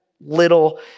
little